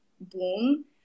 boom